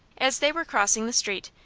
as they were crossing the street,